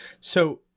So-